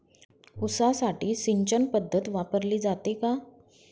ऊसासाठी सिंचन पद्धत वापरली जाते का?